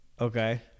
Okay